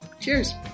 Cheers